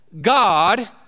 God